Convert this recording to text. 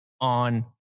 on